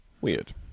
Weird